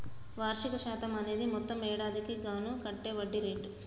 వార్షిక శాతం అనేది మొత్తం ఏడాదికి గాను కట్టే వడ్డీ రేటు